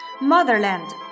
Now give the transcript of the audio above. Motherland